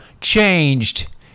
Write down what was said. changed